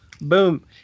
boom